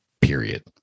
period